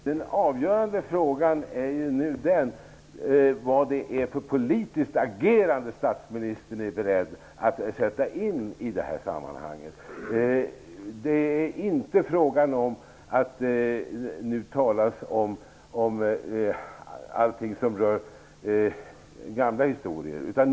Fru talman! Den avgörande frågan nu är vilket politiskt agerande statsministern är beredd att sätta in i det här sammanhanget. Det är inte frågan om gamla historier nu.